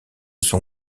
son